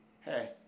Hey